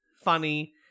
funny